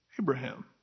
Abraham